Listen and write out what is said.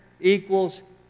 equals